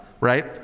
right